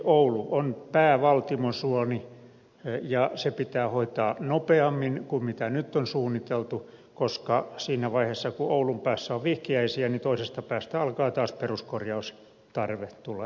seinäjokioulu on päävaltimosuoni ja se pitää hoitaa nopeammin kuin nyt on suunniteltu koska siinä vaiheessa kun oulun päässä on vihkiäisiä toisesta päästä alkaa taas peruskorjaustarve tulla esiin